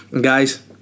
Guys